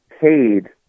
paid